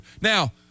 Now